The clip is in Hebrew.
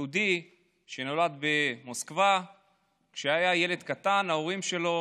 יהודי שנולד במוסקבה וכשהיה ילד קטן ההורים שלו